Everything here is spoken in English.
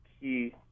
key